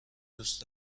دوست